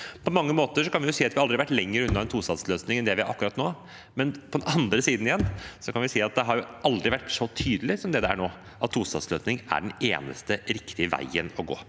På mange måter kan vi si at vi aldri har vært lenger unna en tostatsløsning enn det vi er akkurat nå. På den andre siden kan vi si at det aldri har vært så tydelig som nå at en tostatsløsning er den eneste riktige veien å gå.